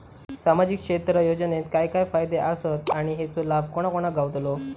सामजिक क्षेत्र योजनेत काय काय फायदे आसत आणि हेचो लाभ कोणा कोणाक गावतलो?